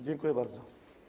Dziękuję bardzo.